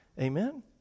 amen